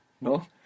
no